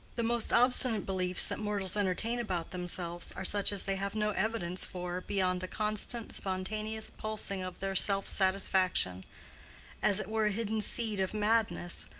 the most obstinate beliefs that mortals entertain about themselves are such as they have no evidence for beyond a constant, spontaneous pulsing of their self-satisfaction as it were a hidden seed of madness,